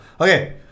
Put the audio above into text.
okay